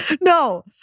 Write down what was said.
No